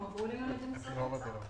הועברו אלינו על ידי משרד האוצר.